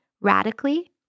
radically